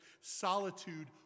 solitude